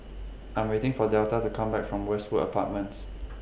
I'm waiting For Delta to Come Back from Westwood Apartments